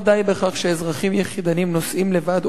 לא די בכך שאזרחים יחידנים נושאים לבד